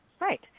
Right